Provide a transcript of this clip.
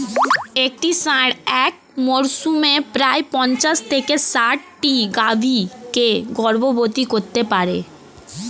একটি ষাঁড় এক মরসুমে প্রায় পঞ্চাশ থেকে ষাটটি গাভী কে গর্ভবতী করতে পারে